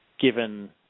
given